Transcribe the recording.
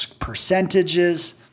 percentages